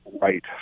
right